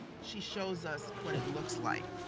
she shows us what it looks like.